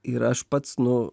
ir aš pats nu